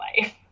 life